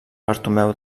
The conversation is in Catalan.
bartomeu